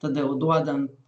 tada jau duodant